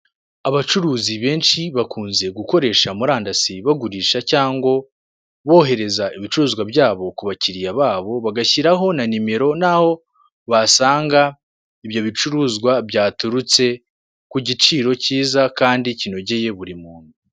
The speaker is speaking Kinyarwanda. Abacuruzi benshi bakunze gukoresha murandasi bagurisha cyango bohereza ibicuruzwa byabo ku bakiliya babo bagashyiraho na nimero n'aho basanga ibyo bicuruzwa byaturutse ku giciro kiza kandi kinogeye buri muntu.